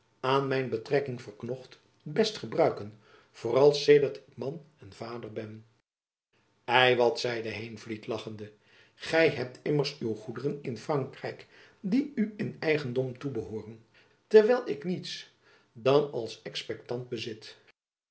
aan mijn betrekking verknocht best gebruiken vooral sedert ik man en vader ben ei wat zeide heenvliet lachende gy hebt immers uw goederen in frankrijk die u in eigendom toebehooren terwijl ik niets dan als exspectant bezit